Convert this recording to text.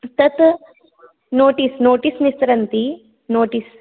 तत notice notice निस्सरन्ति notice